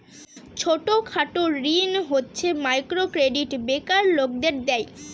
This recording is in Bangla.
ছোট খাটো ঋণ হচ্ছে মাইক্রো ক্রেডিট বেকার লোকদের দেয়